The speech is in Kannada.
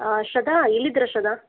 ಹಾಂ ಶ್ರದ್ಧಾ ಎಲ್ಲಿದ್ದೀರ ಶ್ರದ್ಧಾ